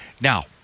now